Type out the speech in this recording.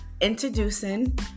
introducing